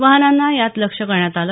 वाहनांना यात लक्ष्य करण्यात आलं